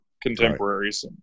contemporaries